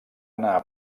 anar